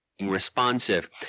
responsive